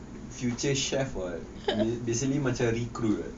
future chef [what] basically macam recruit